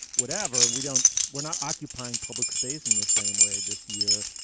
whatever. we don't we're not occupying public space in the same way this year.